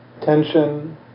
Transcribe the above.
tension